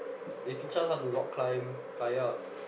they teach us how to rock climb kayak